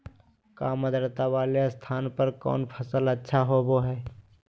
काम आद्रता वाले स्थान पर कौन फसल अच्छा होबो हाई?